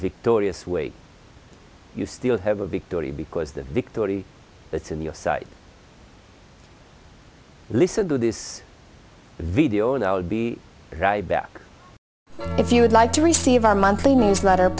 victorious way you still have a victory because the victory that's in your sight listen to this video and i'll be right back if you would like to receive our monthly newsletter